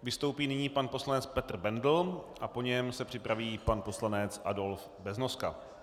Vystoupí nyní pan poslanec Petr Bendl a po něm se připraví pan poslanec Adolf Beznoska.